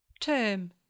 Term